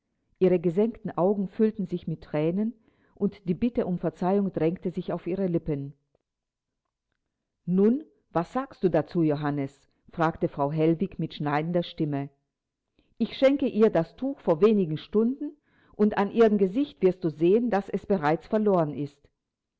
ihre gesenkten augen füllten sich mit thränen und die bitte um verzeihung drängte sich auf ihre lippen nun was sagst du dazu johannes fragte frau hellwig mit schneidender stimme ich schenke ihr das tuch vor wenig stunden und an ihrem gesicht wirst du sehen daß es bereits verloren ist